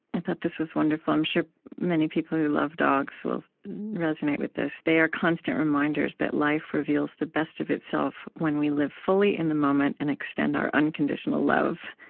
i thought this was wonderful. i'm sure many people who love dogs will resonate with this they are constant reminders that life reveals the best of itself when we live fully in the moment and extend our unconditional love.